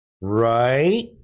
Right